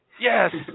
Yes